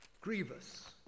grievous